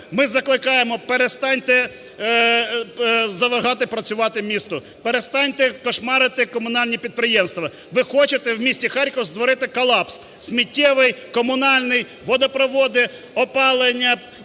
Ми закликаємо, перестаньте заважати працювати місту, перестаньте кошмарити комунальні підприємства. Ви хочете в місті Харків створити колапс – сміттєвий, комунальний, водопроводи, опалення